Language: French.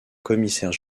commissaire